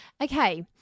Okay